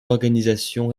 l’organisation